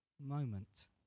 moment